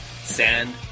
Sand